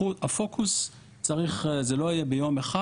הפוקוס צריך זה לא יהיה יום אחד,